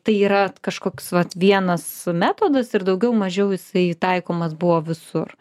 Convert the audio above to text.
tai yra kažkoks vat vienas metodas ir daugiau mažiau jisai taikomas buvo visur